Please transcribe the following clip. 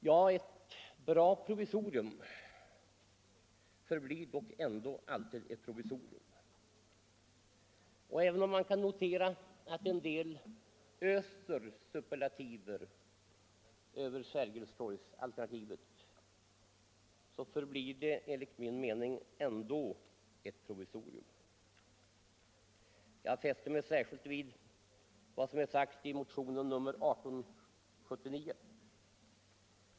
Ja, men ett bra provisorium är ändå alltid ett provisorium, och även om somliga öser superlativer över Sergelstorgsalternativet förblir det enligt min mening ändå ett provisorium. Jag fäster mig särskilt då vid vad som är sagt i motionen 1879.